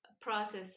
process